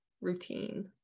routine